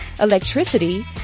electricity